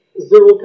zero